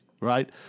right